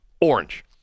orange